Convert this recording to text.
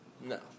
No